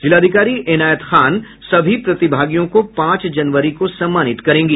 जिलाधिकारी इनायत खान सभी प्रतिभागियों को पांच जनवरी को सम्मानित करेंगी